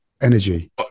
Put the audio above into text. energy